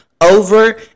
over